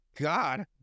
God